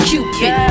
Cupid